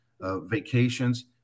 vacations